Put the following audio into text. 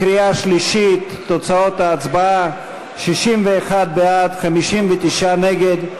קריאה שלישית, תוצאות ההצבעה: 61 בעד, 59 נגד.